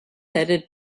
headed